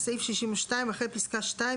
מאוד פעולות,